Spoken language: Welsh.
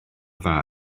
dda